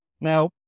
Now